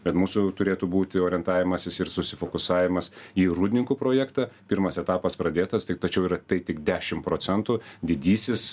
bet mūsų turėtų būti orientavimasis ir susifokusavimas į rūdninkų projektą pirmas etapas pradėtas tačiau yra tai tik dešim procentų didysis